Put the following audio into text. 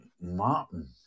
Martin